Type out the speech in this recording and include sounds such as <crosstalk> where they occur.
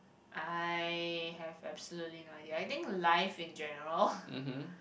I have absolutely no idea I think life in general <laughs>